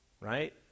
Right